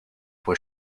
was